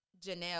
Janelle